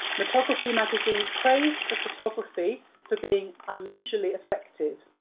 motography magazine praised the photography for being unusually effective,